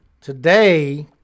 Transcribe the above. Today